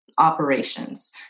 operations